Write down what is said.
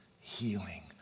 healing